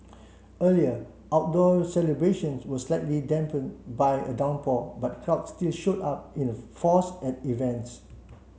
earlier outdoor celebrations were slightly dampen by a downpour but crowds still showed up in a force at events